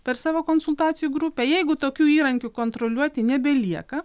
per savo konsultacijų grupę jeigu tokių įrankių kontroliuoti nebelieka